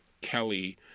Kelly